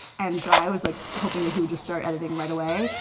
and so i was, like, hoping that he would just start editing right away.